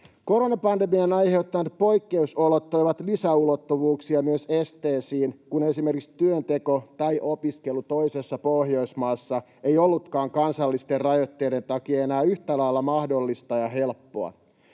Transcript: Koronapandemian aiheuttamat poikkeusolot toivat lisäulottuvuuksia myös esteisiin, kun esimerkiksi työnteko tai opiskelu toisessa Pohjoismaassa ei ollutkaan kansallisten rajoitteiden takia enää yhtä lailla mahdollista ja helppoa.